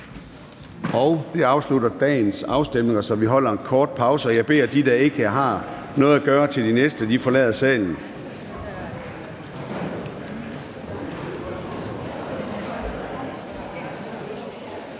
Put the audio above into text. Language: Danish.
Det afslutter dagens afstemninger. Så vi holder en kort pause. Jeg beder dem, der ikke har noget at gøre ved det næste punkt, forlade salen.